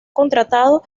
contratado